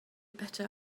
better